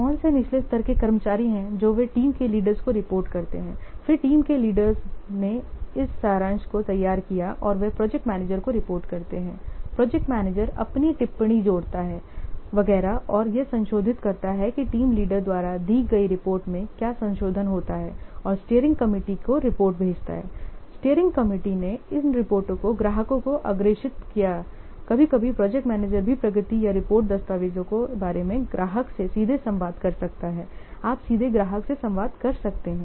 ये कौन से निचले स्तर के कर्मचारी हैं जो वे टीम के लीडर्स को रिपोर्ट करते हैं फिर टीम के लीडर्स ने इस सारांश को तैयार किया और वे प्रोजेक्ट मैनेजर को रिपोर्ट करते हैं प्रोजेक्ट मैनेजर अपनी टिप्पणी जोड़ता है वगैरह और यह संशोधित करता है कि टीम लीडर द्वारा दी गई रिपोर्ट में क्या संशोधन होता है और स्टीयरिंग कमिटी को रिपोर्ट भेजता है और स्टीयरिंग कमेटी ने इन रिपोर्टों को ग्राहकों को अग्रेषित कियाकभी कभी प्रोजेक्ट मैनेजर भी प्रगति या रिपोर्ट दस्तावेजों के बारे में ग्राहक से सीधे संवाद कर सकता है आप सीधे ग्राहकों से संवाद कर सकते हैं